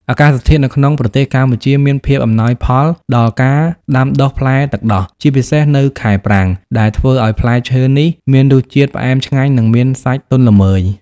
អាកាសធាតុនៅក្នុងប្រទេសកម្ពុជាមានភាពអំណោយផលដល់ការដាំដុះផ្លែទឹកដោះ ជាពិសេសនៅខែប្រាំង ដែលធ្វើឲ្យផ្លែឈើនេះមានរសជាតិផ្អែមឆ្ងាញ់ និងមានសាច់ទន់ល្មើយ។